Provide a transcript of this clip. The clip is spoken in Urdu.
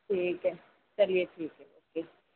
ٹھیک ہے چلئے ٹھیک ہے اوکے